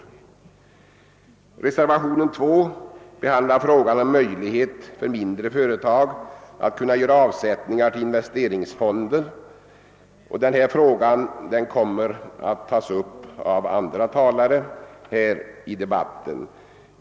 I reservationen 2 behandlas frågan om möjlighet för mindre företag att göra avsättningar till investeringsfonder. Denna fråga kommer att tas upp av andra talare i debatten.